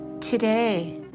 Today